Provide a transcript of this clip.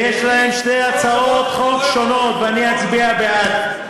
יש להם שתי הצעות חוק שונות, ואני אצביע בעד.